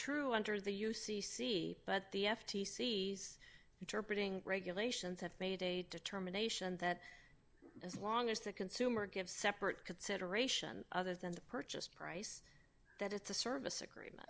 true under the u c c but the f t c interpreting regulations have made a determination that as long as the consumer give separate consideration other than the purchase price that it's a service agreement